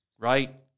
Right